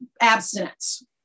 abstinence